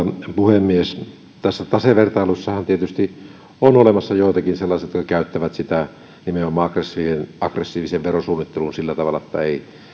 puhemies tässä tasevertailussahan tietysti on olemassa joitakin sellaisia jotka käyttävät sitä nimenomaan aggressiiviseen aggressiiviseen verosuunnitteluun sillä tavalla että